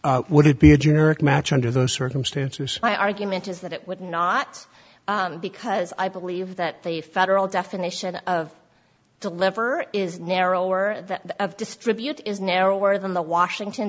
e would it be a generic match under those circumstances my argument is that it would not because i believe that the federal definition of deliver is narrower that distribute is narrower than the washington